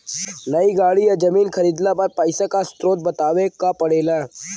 नई गाड़ी या जमीन खरीदले पर पइसा क स्रोत बतावे क पड़ेला